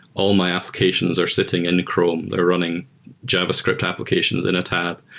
all my applications are sitting in chrome. they're running javascript applications in a tab.